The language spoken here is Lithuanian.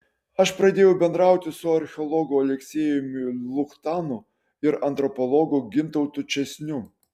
aš pradėjau bendrauti su archeologu aleksejumi luchtanu ir antropologu gintautu česniu